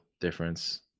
difference